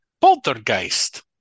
Poltergeist